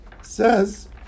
says